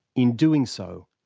in doing so,